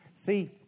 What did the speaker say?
See